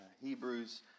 Hebrews